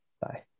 Bye